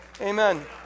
Amen